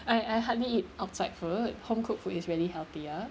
I I hardly eat outside food home cooked food is really healthier